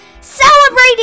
celebrating